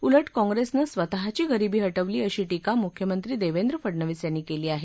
उलट काँग्रेसनं स्वतःची गरिबी हटवली अशी टीका मुख्यमंत्री देवेंद्र फडणवीस यांनी केली आहे